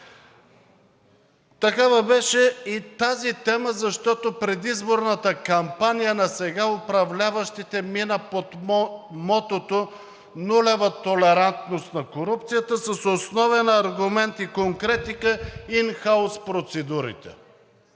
Такава беше и тази тема, защото предизборната кампания на сега управляващите мина под мотото „Нулева толерантност на корупцията“ с основен аргумент и конкретика за ин хаус процедурите.